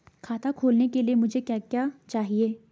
खाता खोलने के लिए मुझे क्या क्या चाहिए?